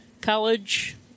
college